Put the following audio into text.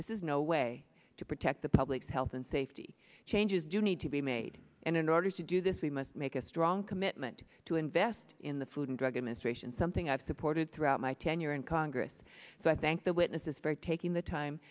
this is no way to protect the public's health and safety changes do need to be made and in order to do this we must make a strong commitment to invest in the food and drug administration something i've supported throughout my tenure in congress so i thank the witnesses for taking the time